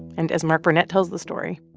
and as mark burnett tells the story,